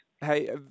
Hey